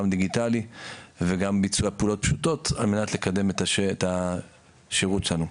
גם דיגיטלי וגם ביצוע פעולות פשוטות על מנת לקדם את השירות שלנו.